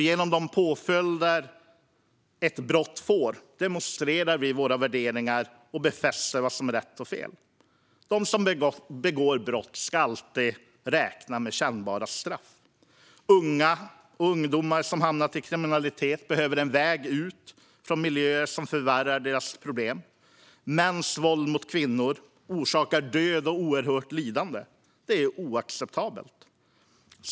Genom de påföljder ett brott får demonstrerar vi våra värderingar och befäster vad som är rätt och fel. De som begår brott ska alltid räkna med kännbara straff. Ungdomar som har hamnat i kriminalitet behöver en väg ut från miljöer som förvärrar deras problem. Mäns våld mot kvinnor orsakar död och oerhört lidande. Det är oacceptabelt.